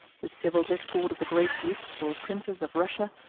the civil discord of the great dukes, or princes, of russia,